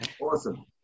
Awesome